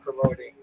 promoting